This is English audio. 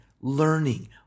learning